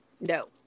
No